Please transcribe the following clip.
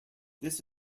this